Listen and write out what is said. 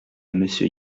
monsieur